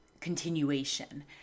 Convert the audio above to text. continuation